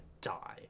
die